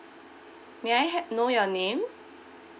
may I ha~ know your name